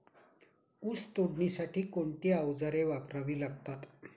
ऊस तोडणीसाठी कोणती अवजारे वापरावी लागतात?